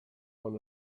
one